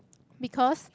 because